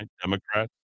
Democrats